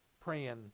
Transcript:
praying